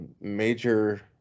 major